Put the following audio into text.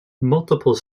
multiple